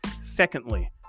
Secondly